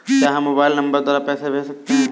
क्या हम mobile number द्वारा पैसे भेज सकते हैं?